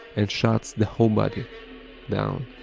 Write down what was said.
and shuts the whole body down,